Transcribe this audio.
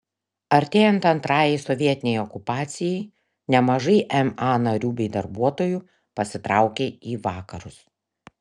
artėjant antrajai sovietinei okupacijai nemažai ma narių bei darbuotojų pasitraukė į vakarus